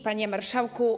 Panie Marszałku!